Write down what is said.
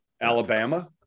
Alabama